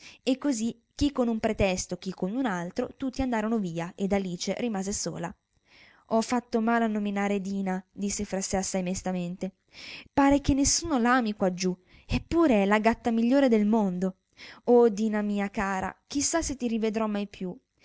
e così chi con un pretesto chi con un altro tutti andarono via ed alice rimase sola ho fatto male di nominare dina disse fra sè assai mestamente ei pare che niuno l'ami quaggiù eppure la è la miglior gatta del mondo oh dina mia cara chi sa se ti rivedrò mai più